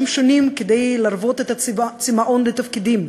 שונים כדי להרוות את הצימאון לתפקידים,